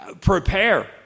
prepare